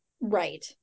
right